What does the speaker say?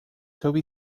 toby